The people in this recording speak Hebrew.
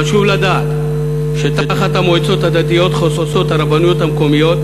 חשוב לדעת שתחת המועצות הדתיות חוסות הרבנויות המקומיות,